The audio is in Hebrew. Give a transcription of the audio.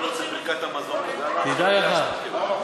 תדע לך,